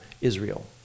Israel